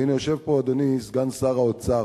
והנה, יושב פה אדוני סגן שר האוצר,